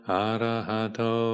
arahato